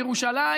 בירושלים,